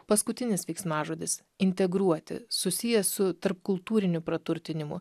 paskutinis veiksmažodis integruoti susijęs su tarpkultūriniu praturtinimu